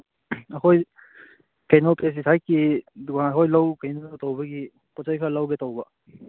ꯑꯩꯈꯣꯏ ꯀꯩꯅꯣ ꯄꯦꯁꯇꯤꯁꯥꯏꯠꯀꯤ ꯑꯩꯈꯣꯏ ꯂꯧ ꯀꯩꯅꯣ ꯇꯧꯕꯒꯤ ꯄꯣꯠ ꯆꯩ ꯈꯔ ꯂꯧꯒꯦ ꯇꯧꯕ